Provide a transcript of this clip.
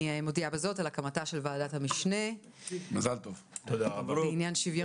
הצבעה אושר אני מודיעה בזאת על הקמתה של ועדת המשנה לעניין שוויון